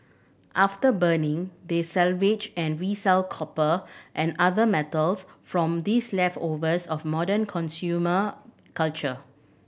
after burning they salvage and resell copper and other metals from these leftovers of modern consumer culture